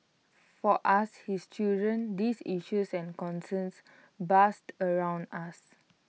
for us his children these issues and concerns buzzed around us